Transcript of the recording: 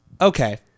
okay